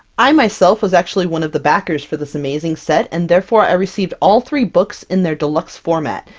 i, myself, was actually one of the backers for this amazing set, and therefore i received all three books in their deluxe format,